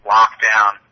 Lockdown